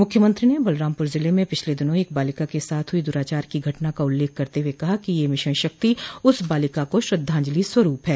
मुख्यमंत्री ने बलरामपुर जिले में पिछले दिनों एक बालिका के साथ हुई दुराचार की घटना का उल्लेख करते हुए कहा कि यह मिशन शक्ति उस बालिका को श्रद्धाजलि स्वरूप है